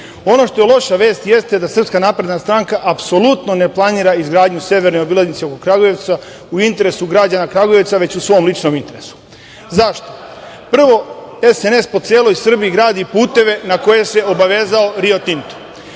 što loša vest jeste da SNS apsolutno ne planira izgradnju severne obilaznice oko Kragujevca u interesu građana Kragujevca, već u svom ličnom interesu. Zašto? Prvo, SNS po celoj Srbiji gradi puteve na koje se obavezao „Rio Tinto“.